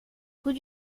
rue